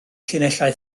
llinellau